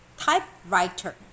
typewriter